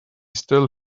still